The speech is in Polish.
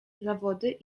zawody